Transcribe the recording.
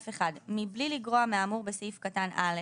(א1)מבלי לגרוע מהאמור בסעיף קטן (א),